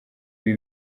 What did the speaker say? ibi